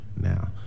now